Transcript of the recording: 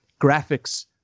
graphics